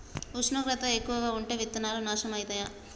ఉష్ణోగ్రత ఎక్కువగా ఉంటే విత్తనాలు నాశనం ఐతయా?